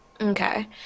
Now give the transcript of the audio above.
Okay